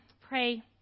pray